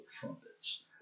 trumpets